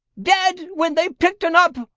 dead when they picked un up.